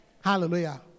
Hallelujah